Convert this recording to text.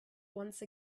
once